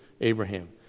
Abraham